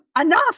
enough